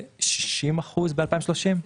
60% ב-2030.